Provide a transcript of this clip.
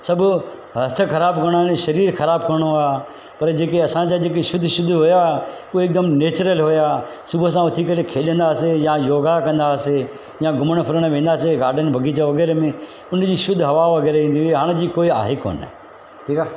सभु हस्थ ख़राबु करिणा आहिनि शरीरु ख़राबु करिणो आहे पर जेके असांजा जेके शुद्ध शुद्ध हुया उहे हिकुदमि नेचुरल हुया सुबुह सां उथी करे खेॾंदा हुआसीं या योगा कंदा हुआसीं या घुमणु फिरणु वेंदा हुआसीं गार्डन बग़ीचो वग़ैरह में उन जी शुद्ध हवा ईंदी हुई हाणे जीअं कोई आहे ई कान ठीकु आहे